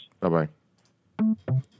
Bye-bye